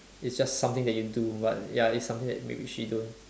is just something that you do but ya it's something that maybe she don't